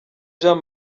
jean